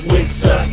Winter